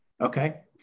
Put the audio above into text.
okay